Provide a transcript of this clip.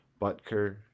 Butker